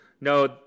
no